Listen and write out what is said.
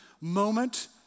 moment